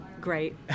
great